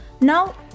Now